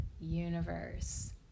universe